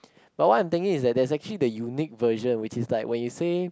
but what I am thinking is that there actually the unique version which is like when you say